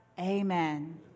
amen